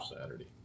Saturday